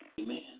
Amen